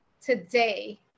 today